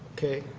okay.